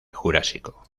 jurásico